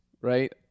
right